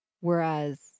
Whereas